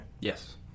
Yes